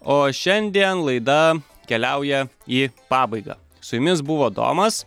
o šiandien laida keliauja į pabaigą su jumis buvo domas